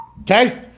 okay